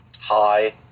Hi